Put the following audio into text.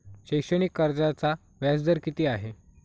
शैक्षणिक कर्जाचा व्याजदर किती आहे?